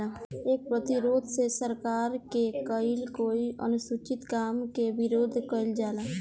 कर प्रतिरोध से सरकार के कईल कोई अनुचित काम के विरोध कईल जाला